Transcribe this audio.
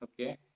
Okay